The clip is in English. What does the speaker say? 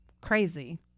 crazy